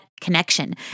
connection